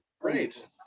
Great